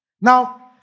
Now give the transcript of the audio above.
Now